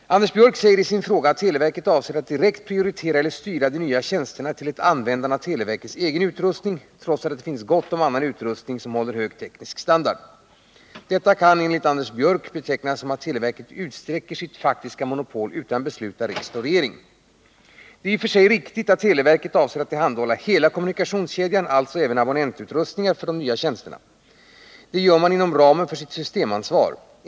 Anders Björck säger i sin fråga att televerket avser att direkt prioritera eller styra de nya tjänsterna till ett användande av televerkets egen utrustning, trots att det finns gott om annan utrustning som håller hög teknisk standard. Detta kan enligt Anders Björck betecknas som att televerket utsträcker sitt faktiska monopol utan beslut av riksdag och regering. Det är i och för sig riktigt att televerket avser att tillhandahålla hela kommunikationskedjan, alltså även abonnentutrustningar, för de nya tjänsterna. Detta gör man inom ramen för sitt systemansvar.